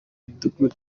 midugudu